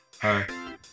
Hi